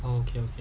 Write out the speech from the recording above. oh okay okay